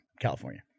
California